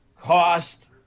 cost